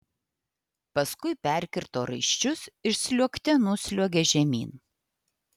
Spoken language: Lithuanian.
paskui perkirto raiščius ir sliuogte nusliuogė žemyn